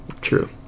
true